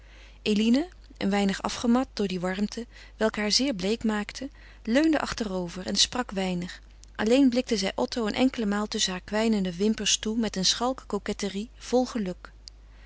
eline een weinig afgemat door die warmte welke haar zeer bleek maakte leunde achterover en sprak weinig alleen blikte zij otto een enkele maal tusschen hare kwijnende wimpers toe met een schalke coquetterie vol geluk